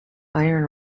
iron